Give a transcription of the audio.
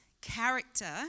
character